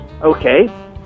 Okay